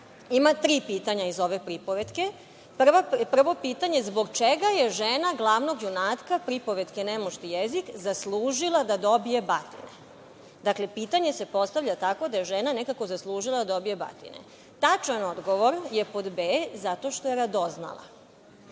Ima tri pitanja iz ove pripovetke. Prvo pitanje – zbog čega je žena glavnog junaka pripovetke „Nemušti jezik“ zaslužila da dobije batine? Dakle, pitanje se postavlja tako da je žena nekako zaslužila da dobije batine. Tačan odgovor je pod b) – zato što je radoznala. Drugo